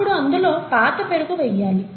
ఇప్పుడు అందులో పాత పెరుగు వేయాలి